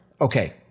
okay